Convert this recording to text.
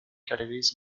categories